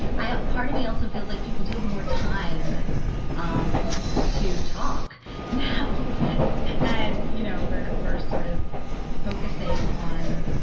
aren't part of me. also feel like people do have more time um to talk now and you know, where we're sort of focusing on,